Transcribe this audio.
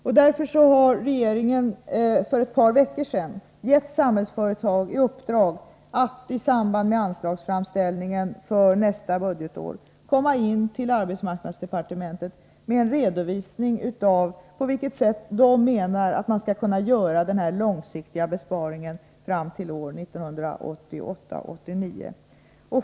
Regeringen har därför för ett par veckor sedan givit Samhällsföretag i uppdrag att tillsammans med anslagsframställningen för nästa budgetår lämna arbetsmarknadsdepartementet en redovisning av på vilket sätt man enligt Samhällsföretags mening skall kunna göra den långsiktiga besparingen fram till budgetåret 1988/89.